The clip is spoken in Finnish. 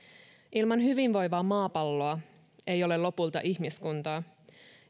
ilman hyvinvoivaa maapalloa ei ole lopulta ihmiskuntaa